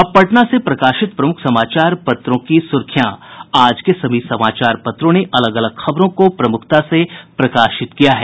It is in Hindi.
अब पटना से प्रकाशित प्रमुख समाचार पत्रों की सुर्खियां आज के सभी समाचार पत्रों ने अलग अलग खबरों को प्रमुखता से प्रकाशित किया है